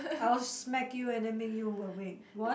I'll smack you and then make you awake want